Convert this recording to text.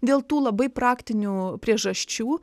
dėl tų labai praktinių priežasčių